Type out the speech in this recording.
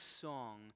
song